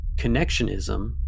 connectionism